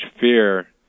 fear